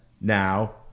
now